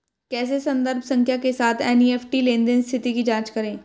कैसे संदर्भ संख्या के साथ एन.ई.एफ.टी लेनदेन स्थिति की जांच करें?